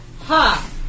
Ha